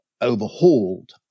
overhauled